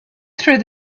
through